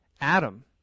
Adam